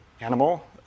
animal